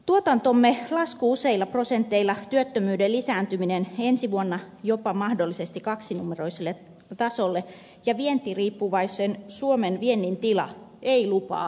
tuotantomme lasku useilla prosenteilla työttömyyden lisääntyminen ensi vuonna jopa mahdollisesti kaksinumeroiselle tasolle ja vientiriippuvaisen suomen viennin tila eivät lupaa lämmintä talvea